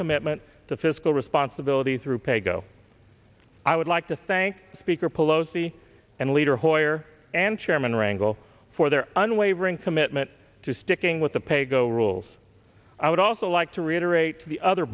commitment to fiscal responsibility through paygo i would like to thank speaker pelosi and leader hoyer and chairman rangle for their unwavering commitment to sticking with the paygo rules i would also like to reiterate to the other